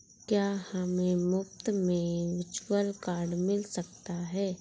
क्या हमें मुफ़्त में वर्चुअल कार्ड मिल सकता है?